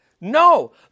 No